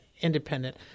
independent